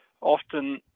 Often